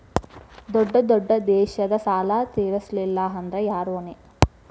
ದೊಡ್ಡ ದೊಡ್ಡ ದೇಶದ ಸಾಲಾ ತೇರಸ್ಲಿಲ್ಲಾಂದ್ರ ಯಾರ ಹೊಣಿ?